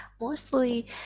mostly